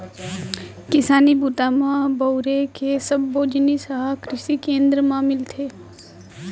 किसानी बूता म बउरे के सब्बो जिनिस ह कृसि केंद्र म मिलथे